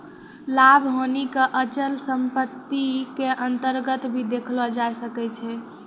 लाभ हानि क अचल सम्पत्ति क अन्तर्गत भी देखलो जाय सकै छै